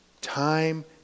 Time